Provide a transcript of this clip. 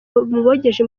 bogeje